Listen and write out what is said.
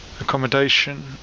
accommodation